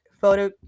photo